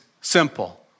simple